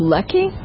Lucky